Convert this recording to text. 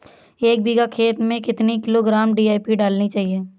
एक बीघा खेत में कितनी किलोग्राम डी.ए.पी डालनी चाहिए?